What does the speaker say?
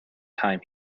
time